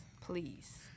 Please